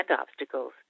obstacles